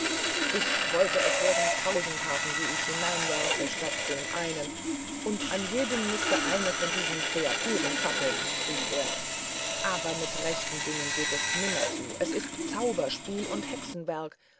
ich wollte es wären tausend haken die ich hineinwerfe statt dem einen und an jedem müßte eine von diesen kreaturen zappeln rief er aber mit rechten dingen geht es nimmer zu es ist zauberspiel und hexenwerk